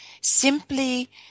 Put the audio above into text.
simply